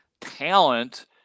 talent